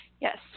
Yes